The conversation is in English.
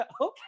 okay